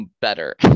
better